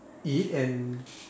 eat and